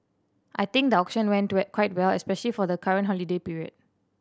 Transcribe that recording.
I think the auction went quite well especially for the current holiday period